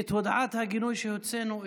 את הודעת הגינוי שהוצאנו אתמול,